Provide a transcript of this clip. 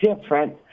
different